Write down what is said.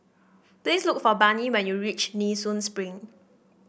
please look for Barnie when you reach Nee Soon Spring